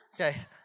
Okay